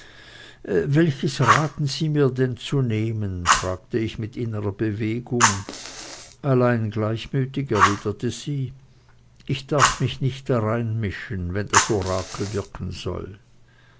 welches raten sie mir denn zu nehmen fragte ich mit innerer bewegung allein gleichmütig erwiderte sie ich darf mich nicht dareinmischen wenn das orakel wirken soll